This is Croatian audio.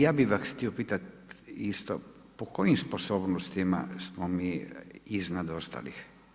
Ja bih vas htio pitati isto, po kojim sposobnostima smo mi iznad ostalih?